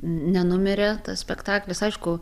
nenumirė tas spektaklis aišku